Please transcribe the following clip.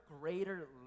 greater